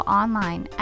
online